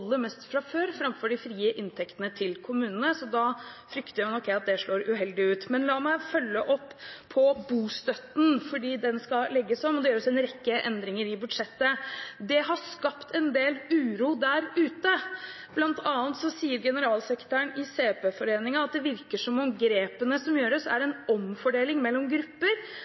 mest fra før, framfor de frie inntektene til kommunene, så da frykter jeg at det slår uheldig ut. Men la meg følge opp når det gjelder bostøtten. Den skal legges om, og det gjøres en rekke endringer i budsjettet. Det har skapt en del uro der ute. Blant annet sier generalsekretæren i CP-foreningen at det virker som om grepene som gjøres, er en omfordeling mellom grupper